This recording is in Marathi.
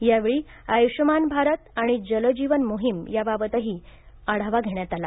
यावेळी आयुष्यमान भारत आणि जल जीवन मोहिम याबाबतही यावेळीआढावा घेण्यात आला